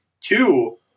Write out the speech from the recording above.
Two